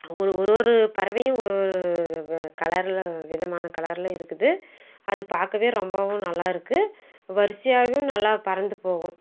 ஒரு ஒரு ஒரு பறவையும் ஒரு ஒரு கலரில் விதமான கலரில் இருக்குது அது பார்க்கவே ரொம்பவும் நல்லாருக்குது வரிசையாவும் நல்லா பறந்து போகும்